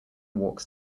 walks